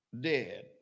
dead